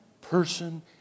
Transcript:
person